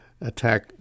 attack